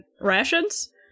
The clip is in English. rations